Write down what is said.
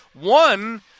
One